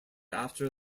after